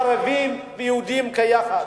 ערבים ויהודים כאחד.